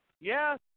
yes